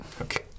Okay